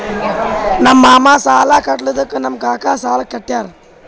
ನಮ್ ಮಾಮಾ ಸಾಲಾ ಕಟ್ಲಾರ್ದುಕ್ ನಮ್ ಕಾಕಾ ಸಾಲಾ ಕಟ್ಯಾರ್